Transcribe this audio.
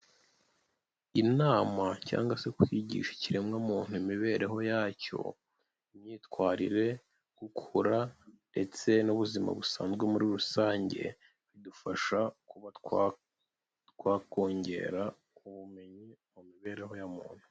Inama cyangwa se kwigisha ikiremwamuntu imibereho yacyo, imyitwarire, gukura ndetse n'ubuzima busanzwe muri rusange, bidufasha kuba twakongera ubumenyi mu mibereho ya muntu.